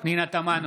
פנינה תמנו,